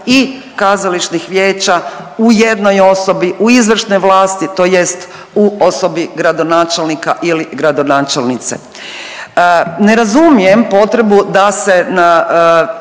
i kazališnih vijeća u jednoj osobi, u izvršnoj vlasti, tj. u osobi gradonačelnika ili gradonačelnice. Ne razumijem potrebu da se